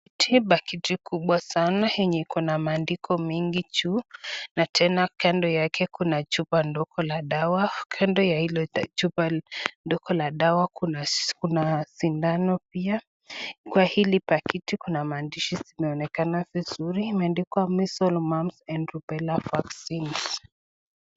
Pakiti kubwa sana lenye maandiko mingi juu, na tena kando yake kuna chupa ndogo la dawa. Kando ya hiyo chupa ndogo la dawa, kuna sindano pia. Kwa hili pakiti, kuna mandishi zinazoonekana vizuri, imeandikwa measles mumps and Rubella vaccine.